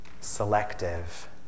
selective